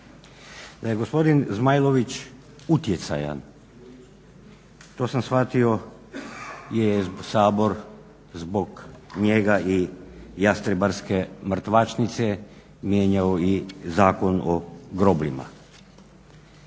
Da je gospodin Zmajlović utjecajan, to sam shvatio gdje je Sabor zbog njega i Jastrebarske mrtvačnice mijenjao i Zakon o grobljima.